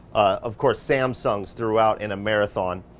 of course, samsungs throughout in a marathon,